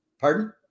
Pardon